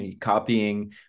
copying